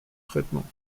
traitements